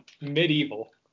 Medieval